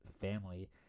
family